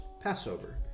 Passover